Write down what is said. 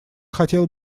хотела